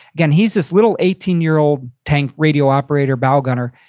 again, he's this little eighteen year old tank radio operator bow gunner.